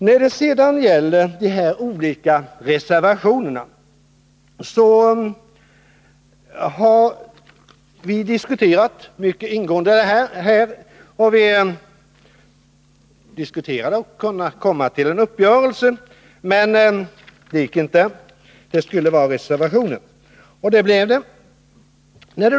När det sedan gäller de olika reservationerna vill jag säga att vi har diskuterat de frågor som tagits upp där för att komma fram till en uppgörelse, men det gick inte, utan det skulle avges reservationer.